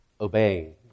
obeying